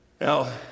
Now